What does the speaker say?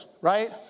right